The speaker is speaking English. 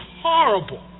horrible